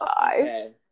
five